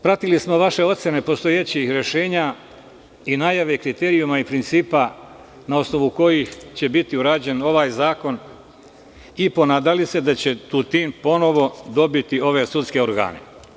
Pratili smo vaše ocene postojećih rešenja i najave kriterijuma i principa na osnovu kojih će biti urađen ovaj zakon i ponadali se da će Tutin ponovo dobiti ove sudske organe.